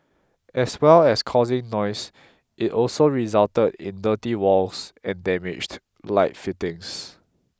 as well as causing noise it also resulted in dirty walls and damaged light fittings